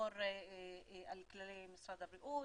לשמור על כללי משרד הבריאות,